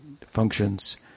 functions